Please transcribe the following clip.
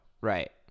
Right